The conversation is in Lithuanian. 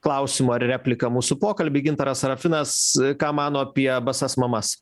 klausimu ar replika mūsų pokalbį gintaras sarafinas ką mano apie basas mamas